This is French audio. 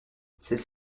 celles